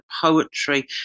poetry